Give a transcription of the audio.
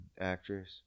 actress